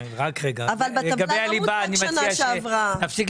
אבל בטבלה לא מוצגת שנה שעברה.